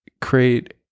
create